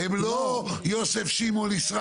הם לא סתם אנשים אקראיים.